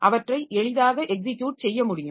அவற்றை எளிதாக எக்ஸிக்யுட் செய்ய முடியும்